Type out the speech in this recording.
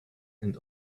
and